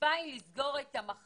השאיפה היא לסגור את המחנות